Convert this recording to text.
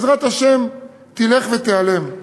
בעזרת השם, תלך ותיעלם.